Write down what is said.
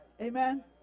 amen